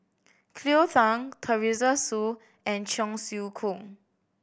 Cleo Thang Teresa Hsu and Cheong Siew Keong